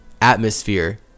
atmosphere